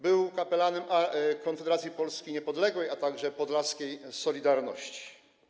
Był kapelanem Konfederacji Polski Niepodległej, a także podlaskiej „Solidarności”